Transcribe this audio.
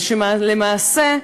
למעשה,